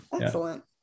excellent